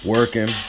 Working